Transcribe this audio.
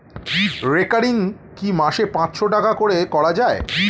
Recurring কি মাসে পাঁচশ টাকা করে করা যায়?